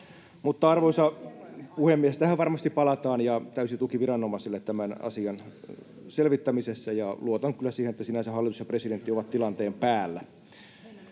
Mutta, arvoisa puhemies, tähän varmasti palataan, ja täysi tuki viranomaisille tämän asian selvittämisessä. Luotan kyllä siihen, että sinänsä hallitus ja presidentti ovat tilanteen päällä.